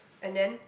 and then